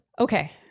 Okay